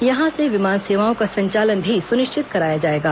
यहां से विमान सेवाओं का संचालन भी सुनिश्चित कराया जाएगा